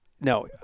no